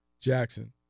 Jackson